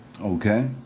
Okay